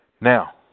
Now